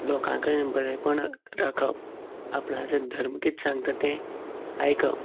लोकां कडेन बरेंपणां राखप आपणाचो धर्म कितें सांगता तें आयकप